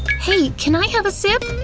hey, can i have a sip?